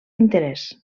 interès